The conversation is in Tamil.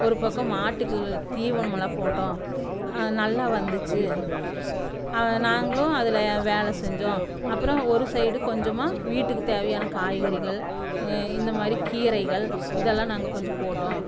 ஒரு பக்கம் மாட்டுக்கு தீவனமெல்லாம் போட்டோம் அது நல்லா வந்துச்சு அதை நாங்களும் அதில் வேலை செஞ்சோம் அப்பறம் ஒரு சைடு கொஞ்சமா வீட்டுக்கு தேவையான காய்கறிகள் இந்த மாதிரி கீரைகள் இதெல்லாம் நாங்கள் கொஞ்சம் போட்டோம்